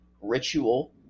ritual